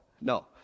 no